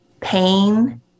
pain